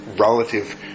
relative